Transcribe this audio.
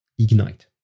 Ignite